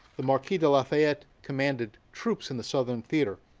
the marquis de lafayette commanded troops in the southern theater.